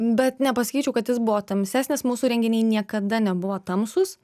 bet nepasakyčiau kad jis buvo tamsesnis mūsų renginiai niekada nebuvo tamsūs